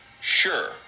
Sure